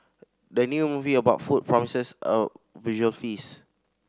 the new movie about food promises a visual feast